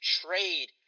trade